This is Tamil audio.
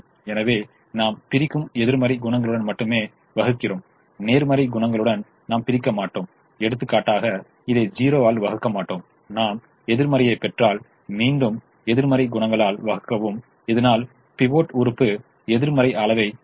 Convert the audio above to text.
எனவே நாம் பிரிக்கும்போது எதிர்மறை குணகங்களுடன் மட்டுமே வகுக்கிறோம் நேர்மறை குணகங்களுடன் நாம் பிரிக்க மாட்டோம் எடுத்துக்காட்டாக இதை 0 ஆல் 1 வகுக்க மாட்டோம் நாம் எதிர்மறையைப் பெற்றால் மீண்டும் எதிர்மறை குணகங்களால் வகுக்கவும் இதனால் பிவோட் உறுப்பு எதிர்மறை அளவை அடையும்